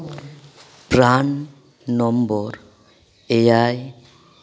ᱯᱨᱟᱱ number ᱮᱭᱟᱭ